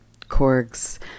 Korg's